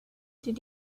did